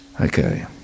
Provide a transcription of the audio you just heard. okay